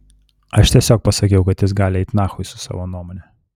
aš tiesiog pasakiau kad jis gali eit nachui su savo nuomone